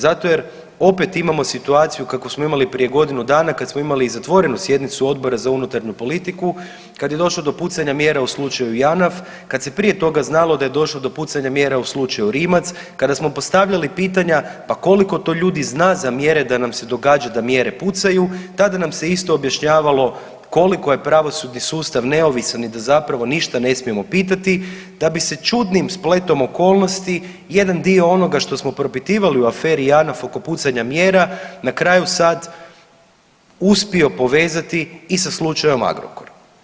Zato jer opet imamo situaciju kakvu smo imali prije godinu dana kad smo imali i zatvorenu sjednicu Odbora za unutarnju politiku kad je došlo do pucanja mjera u slučaju JANAF, kad se prije toga znalo da je došlo pucanja mjera u slučaju Rimac, kada smo postavljali pitanja pa koliko to ljudi zna za mjere da nam se događa da mjere pucaju tada nam se isto objašnjavalo koliko je pravosudni sustav neovisan i da zapravo ništa ne smijemo pitati da bi se čudnim spletom okolnosti jedan dio onoga što smo propitivali u aferi JANAF oko pucanja mjera na kraju sad uspio povezati i sa slučajem Agrokor.